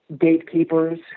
gatekeepers